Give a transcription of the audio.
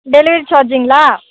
delivery சார்ஜ்ங்களா